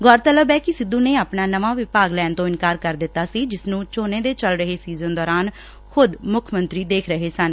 ਗੌਰਤਲਬ ਐ ਕਿ ਸਿੱਧੁ ਨੇ ਆਪਣਾ ਨਵਾਂ ਵਿਭਾਗ ਲੈਣ ਤੋਂ ਇਨਕਾਰ ਕਰ ਦਿੱਤਾ ਸੀ ਜਿਸ ਨੁੰ ਝੋਨੇ ਦੇ ਚੱਲ ਰਹੇ ਸੀਜ਼ਨ ਦੌਰਾਨ ਖੁਦ ਮੁੱਖ ਮੰਤਰੀ ਦੇਖ ਰਹੇ ਸਨ